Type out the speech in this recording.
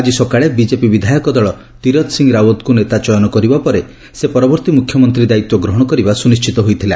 ଆଜି ସକାଳେ ବିଜେପି ବିଧାୟକ ଦଳ ତୀରଥ ସିଂ ରାଓ୍ୱତଙ୍କୁ ନେତା ଚୟନ କରିବା ପରେ ସେ ପରବର୍ତ୍ତୀ ମୁଖ୍ୟମନ୍ତ୍ରୀ ଦାୟୀତ୍ୱ ଗ୍ରହଣ କରିବା ସୁନିଶ୍ଚିତ ହୋଇଥିଲା